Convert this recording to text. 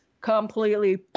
completely